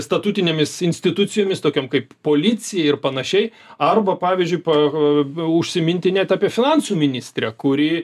statutinėmis institucijomis tokiom kaip policija ir panašiai arba pavyzdžiui pa užsiminti net apie finansų ministrę kuri